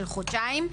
של חודשיים,